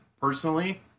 personally